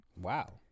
Wow